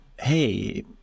hey